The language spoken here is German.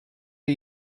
ihr